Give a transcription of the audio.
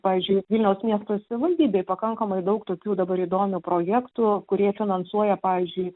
pavyzdžiui vilniaus miesto savivaldybėj pakankamai daug tokių dabar įdomių projektų kurie finansuoja pavyzdžiui